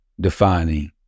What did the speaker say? Defining